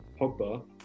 Pogba